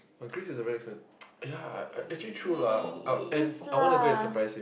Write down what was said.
but Greece is a very expens~ ya actually true lah a~ and I want to go and surprise him